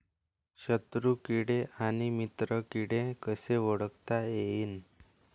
शत्रु किडे अन मित्र किडे कसे ओळखता येईन?